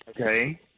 Okay